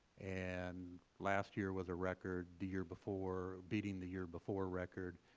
and last year was a record, the year before, beating the year before record.